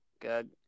good